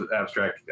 abstract